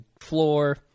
floor